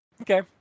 okay